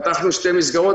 פתחנו שתי מסגרות,